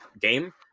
game